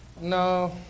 no